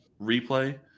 replay